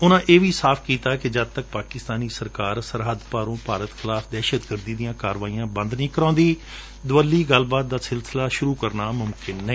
ਉਨੂਾ ਇਹ ਵੀ ਸਾਫ ਕੀਤਾ ਕਿ ਜਦ ਤੱਕ ਪਾਕਿਸਤਾਨੀ ਸਰਕਾਰ ਸਰਹੱਦ ਪਾਰੋ ਭਾਰਤ ਖਿਲਾਫ਼ ਦਹਿਸ਼ਤਗਰਦੀ ਦੀਆ ਕਾਰਵਾਈਆ ਬੰਦ ਨਹੀ ਕਰਵਾਉਦੀ ਦੂਵੱਲੀ ਗੱਲਬਾਤ ਦਾ ਸਿਲਸਿਲਾ ਸੁਰੂ ਕਰਨਾ ਮੁਮਕਿਨ ਨਹੀਂ